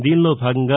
దీనిలో భాగంగా